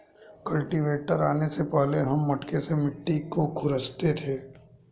cultivator आने से पहले हम मटके से मिट्टी को खुरंचते थे